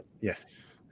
yes